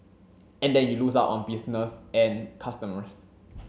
and then you lose out on business and customers